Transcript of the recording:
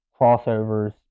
crossovers